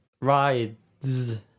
Ride's